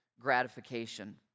gratification